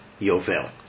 yovel